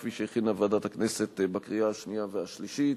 כפי שהכינה ועדת הכנסת, בקריאה השנייה והשלישית.